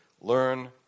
learn